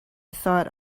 thought